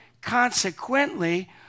Consequently